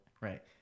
right